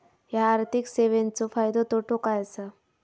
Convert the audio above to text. हया आर्थिक सेवेंचो फायदो तोटो काय आसा?